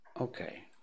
okay